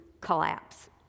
collapse